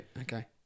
okay